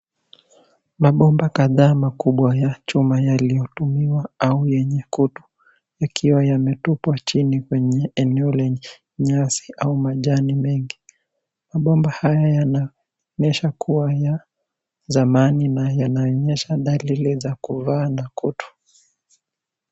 Mabomba kadhaa makubwa ya chuma yaliyotumiwa yenye kutu yakiwa yametupwa chini kwenye eneo lenye nyasi au majani mengi, mabomba haya yanaonyesha kua ya zamani na yanaonyesha dalili za kuvaa na kutu.